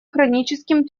хроническим